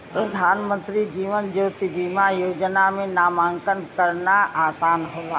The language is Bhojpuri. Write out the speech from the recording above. प्रधानमंत्री जीवन ज्योति बीमा योजना में नामांकन करना आसान होला